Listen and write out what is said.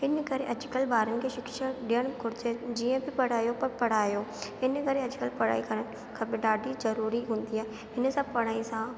हिन करे अॼु कल्ह ॿारनि खे शिक्षा ॾियणु घुरिजे जीअं त पढ़ायो प पढ़ायो इन करे अॼु कल्ह पढ़ाई करणु खपे ॾाढी ज़रूरी हूंदी आहे हिन सां पढ़ाई सां